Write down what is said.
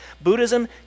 Buddhism